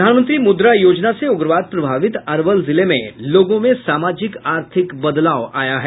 प्रधानमंत्री मुद्रा योजना से उग्रवाद प्रभावित अरवल जिले में लोगों में सामाजिक आर्थिक बदलाव आया है